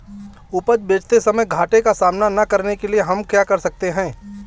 उपज बेचते समय घाटे का सामना न करने के लिए हम क्या कर सकते हैं?